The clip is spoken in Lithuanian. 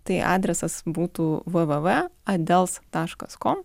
tai adresas būtų vvv adels taškas kom